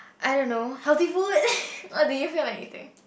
I don't know healthy food what do you feel like eating